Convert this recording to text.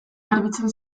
garbitzen